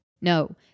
No